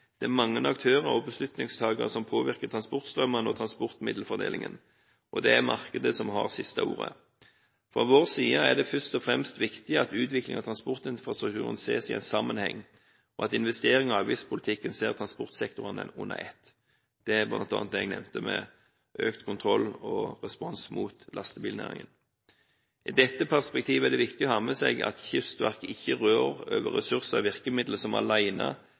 Det er mange aktører og beslutningstakere som påvirker transportstrømmene og transportmiddelfordelingen, og det er markedet som har siste ordet. Fra vår side er det først og fremst viktig at utviklingen av transportinfrastrukturen ses i en sammenheng, og at investeringer og avgiftspolitikken ser transportsektorene under ett. Det gjelder bl.a. det jeg nevnte med økt kontroll og respons mot lastebilnæringen. I dette perspektivet er det viktig å ha med seg at Kystverket ikke rår over ressurser og virkemidler som